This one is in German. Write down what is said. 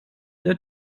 der